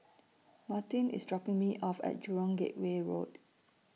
Martine IS dropping Me off At Jurong Gateway Road